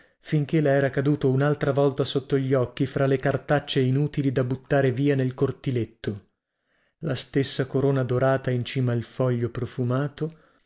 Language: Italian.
finchè le era caduto unaltra volta sotto gli occhi fra le cartacce inutili da buttare via nel cortiletto la stessa corona dorata in cima al foglio profumato